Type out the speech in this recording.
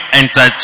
enter